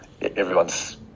everyone's